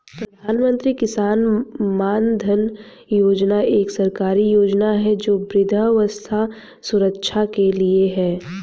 प्रधानमंत्री किसान मानधन योजना एक सरकारी योजना है जो वृद्धावस्था सुरक्षा के लिए है